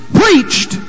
preached